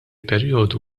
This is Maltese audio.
perjodu